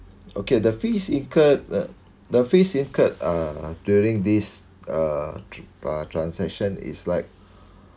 okay the fees incurred the fees incurred uh during this uh transaction is like